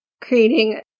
creating